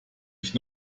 ich